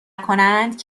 کنند